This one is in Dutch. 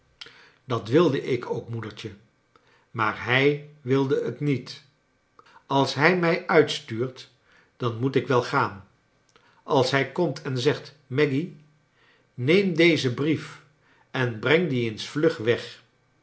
vdat wilde ik ook moedertje maar hij wilde j t niet als hij mij uitstuurt dan moet ik wel gaan als hij komt en zegt maggy neem dezen brief en breng dien eens vlug weg